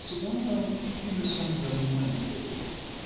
cependant tu me semblas moins beau